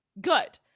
good